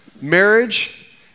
marriage